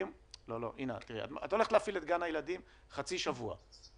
את הולכת להפעיל את גן הילדים חצי שבוע.